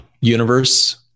universe